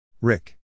Rick